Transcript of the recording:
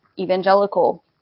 evangelical